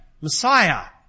Messiah